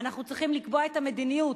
אנחנו צריכים לקבוע את המדיניות,